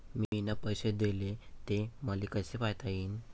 मिन पैसे देले, ते मले कसे पायता येईन?